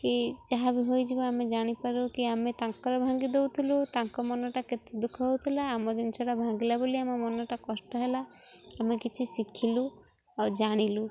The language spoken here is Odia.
କି ଯାହା ବି ହୋଇଯିବ ଆମେ ଜାଣିପାରୁ କି ଆମେ ତାଙ୍କର ଭାଙ୍ଗି ଦଉଥିଲୁ ତାଙ୍କ ମନଟା କେତେ ଦୁଃଖ ହଉଥିଲା ଆମ ଜିନିଷଟା ଭାଙ୍ଗିଲା ବୋଲି ଆମ ମନଟା କଷ୍ଟ ହେଲା ଆମେ କିଛି ଶିଖିଲୁ ଆଉ ଜାଣିଲୁ